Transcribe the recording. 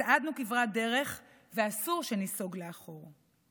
צעדנו כברת דרך ואסור שניסוג לאחור.